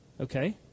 Okay